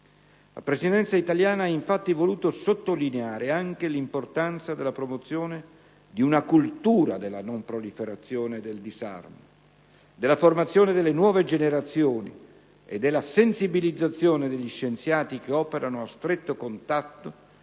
La Presidenza italiana ha infatti voluto sottolineare anche l'importanza della promozione di una cultura della non proliferazione e del disarmo, della formazione delle nuove generazioni e della sensibilizzazione degli scienziati che operano a stretto contatto